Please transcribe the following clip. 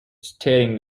stating